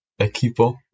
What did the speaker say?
Equipo